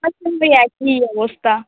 একই অবস্থা